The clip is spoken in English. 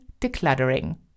decluttering